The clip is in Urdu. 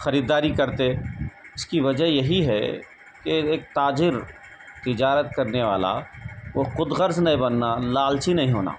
خریداری کرتے اس کی وجہ یہی ہے کہ ایک تاجر تجارت کرنے والا کو خود غرض نہیں بننا لالچی نہیں ہونا